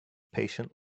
patient